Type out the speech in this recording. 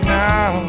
now